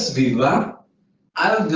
b lab i am.